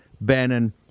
Bannon